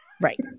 Right